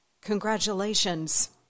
Congratulations